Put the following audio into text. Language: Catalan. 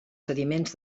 sediments